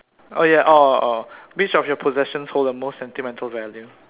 oh ya oh oh which of your possession holds the most sentimental value